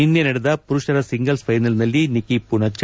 ನಿನ್ನೆ ನಡೆದ ಪುರುಷರ ಸಿಂಗಲ್ಲ್ ಫೈನಲ್ನಲ್ಲಿ ನಿಕಿ ಪೂಣಚ್ಚ